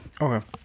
okay